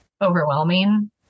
overwhelming